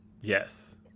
yes